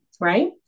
right